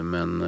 Men